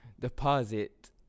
deposit